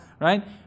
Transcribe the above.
right